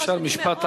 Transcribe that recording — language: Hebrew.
אם אפשר משפט אחרון.